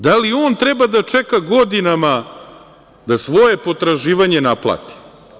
Da li on treba da čeka godinama da svoje potraživanje naplati?